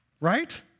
right